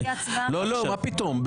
לא, מה פתאום?